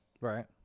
Right